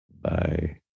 bye